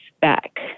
back